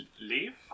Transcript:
leave